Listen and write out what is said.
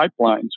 pipelines